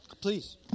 Please